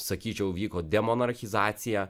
sakyčiau vyko demonorchizacija